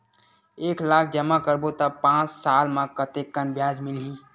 एक लाख जमा करबो त पांच साल म कतेकन ब्याज मिलही?